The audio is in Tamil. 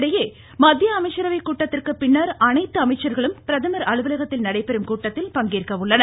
இதனிடையே மத்திய அமைச்சரவைக்கூட்டத்திற்கு பின்னர் அனைத்து அமைச்சர்களும் பிரதமர் அலுவலகத்தில் நடைபெறும் கூட்டத்தில் பங்கேற்க உள்ளனர்